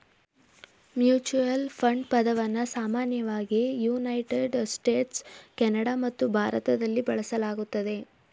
mutual fund ಪದವನ್ನ ಸಾಮಾನ್ಯವಾಗಿ United States, Canada ಮತ್ತು ಭಾರತದಲ್ಲಿ ಬಳಸಲಾಗುತ್ತೆ